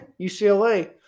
UCLA